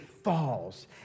falls